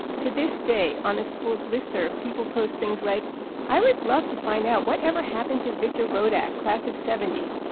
to this day, on the school's listserv, people post things like i would love to find out what ever happened to victor rodack, class of zero